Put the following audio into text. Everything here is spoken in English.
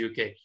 UK